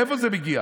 מאיפה זה מגיע?